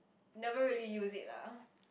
never really use it lah